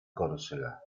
córcega